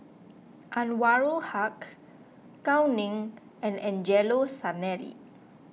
Anwarul Haque Gao Ning and Angelo Sanelli